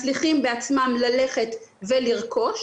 מצליחים בעצמם ללכת ולרכוש